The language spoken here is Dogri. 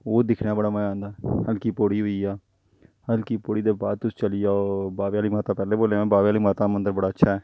ओह् दिक्खने दा बड़ा मज़ा आंदा ऐ हल्की पौड़ी होई गेआ हल्की पौड़ी दे बाद तुस चली जाई बाह्वे आह्ली माता पैह्लें बोलेआ में बाह्वे आह्ली माता दा मंदर बड़ा अच्छा ऐ